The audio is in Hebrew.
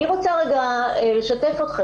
קודם כל, אני מציעה, אפשר לזמן את השר לדבר.